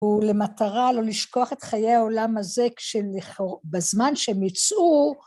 ולמטרה לא לשכוח את חיי העולם הזה כשבזמן שהם יצאו...